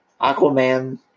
Aquaman